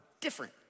different